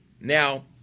now